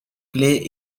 clay